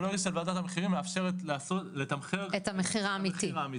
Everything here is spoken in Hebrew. המתודולוגיה של וועדת המחירים מאפשרת לתמחר את המחיר האמיתי.